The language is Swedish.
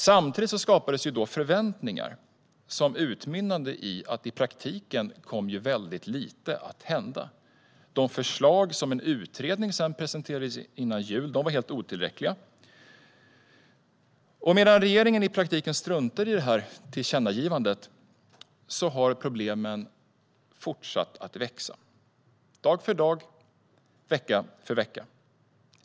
Samtidigt skapades förväntningar. Men i praktiken kom väldigt lite att hända. De förslag som en utredning presenterade före jul var helt otillräckliga. Medan regeringen i praktiken struntade i tillkännagivandet har problemen fortsatt att växa - dag för dag, vecka för vecka.